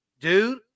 Dude